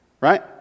right